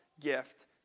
gift